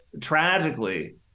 tragically